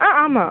ஆ ஆமாம்